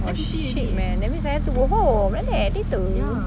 oh shit man that means I have to go home like that later